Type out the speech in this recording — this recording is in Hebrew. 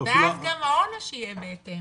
ואז גם העונש יהיה בהתאם.